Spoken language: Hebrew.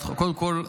קודם כול,